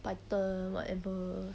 python whatever